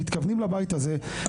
מתכוונים לבית הזה,